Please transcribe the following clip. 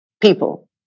people